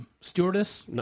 stewardess